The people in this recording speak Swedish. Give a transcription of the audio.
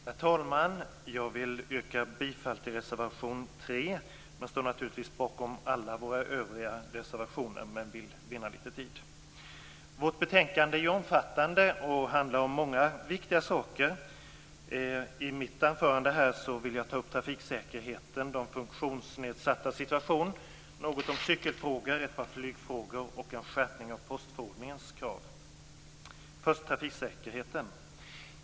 Herr talman! Jag vill yrka bifall till reservation 3. Jag står naturligtvis bakom alla våra övriga reservationer, men jag vill vinna lite tid. Vårt betänkande är omfattande och handlar om många viktiga saker. Jag kommer i mitt anförande att ta upp trafiksäkerheten, de funktionsnedsattas situation, cykelfrågor, ett par flygfrågor och en skärpning av postförordningens krav. Först skall jag ta upp trafiksäkerheten.